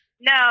No